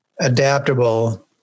adaptable